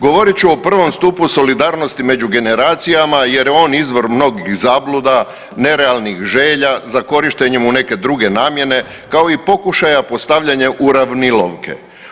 Govorit ću o prvom stupu solidarnosti među generacijama jer je on izvor mnogih zabluda, nerealnih želja za korištenjem u neke druge namjene kao i pokušaja postavljanja uravnilovke.